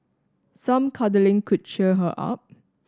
some cuddling could cheer her up